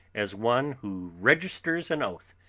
as one who registers an oath.